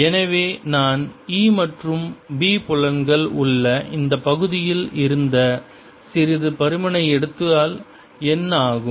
எனவே நான் E மற்றும் B புலன்கள் உள்ள இந்த பகுதியில் இருந்த சிறிது பருமனை எடுத்தால் என்ன ஆகும்